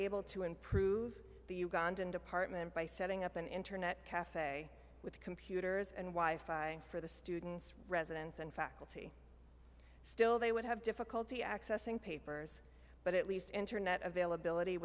able to improve the ugandan department by setting up an internet cafe with computers and wife eye for the students residents and faculty still they would have difficulty accessing papers but at least internet availability